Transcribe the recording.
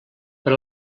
per